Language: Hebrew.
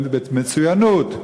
במצוינות,